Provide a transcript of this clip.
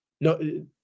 No –